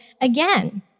again